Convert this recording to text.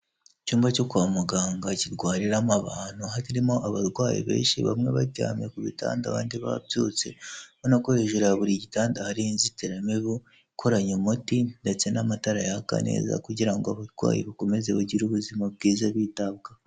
Icyumba cyo kwa muganga kirwariramo abantu, harimo abarwayi benshi bamwe baryamye ku bitanda abandi babyutse, ubanako hejuru ya buri gitanda hari inzitiramibu ikoranye umuti, ndetse n'amatara yaka neza kugira ngo abarwayi bukomeze bagire ubuzima bwiza bitabwaho.